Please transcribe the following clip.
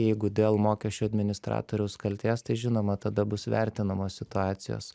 jeigu dėl mokesčių administratoriaus kaltės tai žinoma tada bus vertinamos situacijos